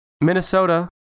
Minnesota